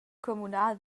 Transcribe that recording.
communal